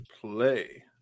play